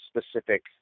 specific